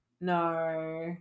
No